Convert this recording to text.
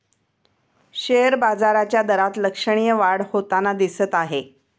share बाजाराच्या दरात लक्षणीय वाढ होताना दिसत आहे